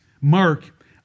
mark